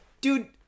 Dude